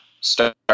start